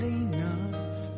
enough